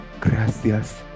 Gracias